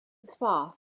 spa